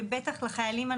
ובטח לחיילים,